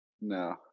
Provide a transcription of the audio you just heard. No